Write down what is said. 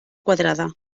quadrada